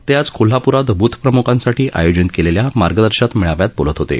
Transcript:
ते आज कोल्हापूरात ब्थ प्रम्खांसाठी आयोजित केलेल्या मार्गदर्शन मेळाव्यात बोलत होते